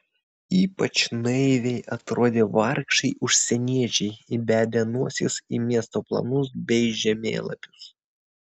ypač naiviai atrodė vargšai užsieniečiai įbedę nosis į miesto planus bei žemėlapius